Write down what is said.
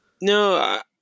No